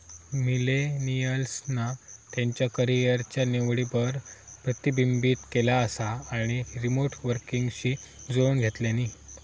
मिलेनियल्सना त्यांच्या करीयरच्या निवडींवर प्रतिबिंबित केला असा आणि रीमोट वर्कींगशी जुळवुन घेतल्यानी